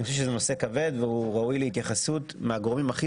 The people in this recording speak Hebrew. אני חושב שזה נושא כבד שראוי להתייחסות מהגורמים הכי